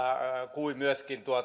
kuin myöskin